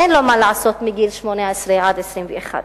אין לו מה לעשות מגיל 18 עד גיל 21,